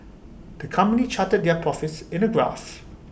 the company charted their profits in A graph